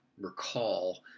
recall